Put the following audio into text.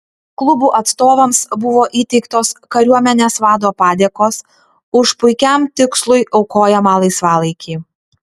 klubų atstovams buvo įteiktos kariuomenės vado padėkos už puikiam tikslui aukojamą laisvalaikį